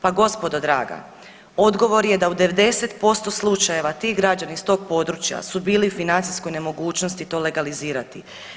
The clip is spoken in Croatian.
Pa gospodo draga odgovor je da u 90% slučajeva ti građani s tog područja su bili u financijskoj nemogućnosti to legalizirati.